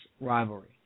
rivalry